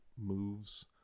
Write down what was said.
moves